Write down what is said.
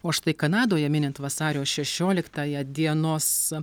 o štai kanadoje minint vasario šešioliktąją dienos